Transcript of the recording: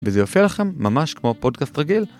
וזה יופיע לכם ממש כמו פודקאסט רגיל.